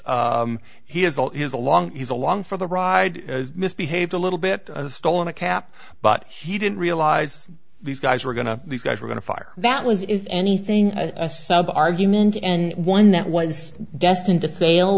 is he has all his along he's along for the ride as misbehaved a little bit stolen a cap but he didn't realize these guys were going to these guys were going to fire that was if anything a sub argument and one that was destined to fail